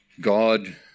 God